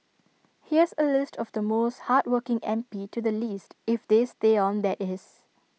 here's A list of the most hardworking M P to the least if they stay on that is